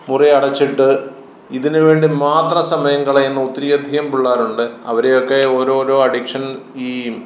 മുറി അടച്ചിട്ട് ഇതിന് വേണ്ടി മാത്രം സമയം കളയുന്ന ഒത്തിരി അധികം പിള്ളേരുണ്ട് അവരെയൊക്കെ ഓരോ ഓരോ അഡിക്ഷൻ ഈ